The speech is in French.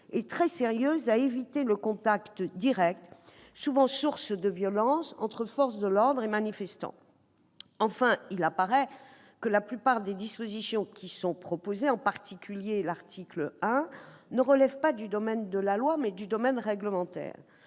et très sérieuse -à éviter le contact direct, souvent source de violences, entre forces de l'ordre et manifestants. Enfin, il apparaît que la plupart des dispositions proposées, en particulier l'article 1, relèvent non du domaine de la loi mais du domaine réglementaire.